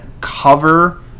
cover